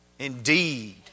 Indeed